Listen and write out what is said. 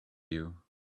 you